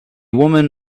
woman